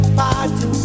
party